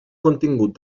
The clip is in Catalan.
contingut